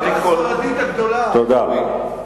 תודה.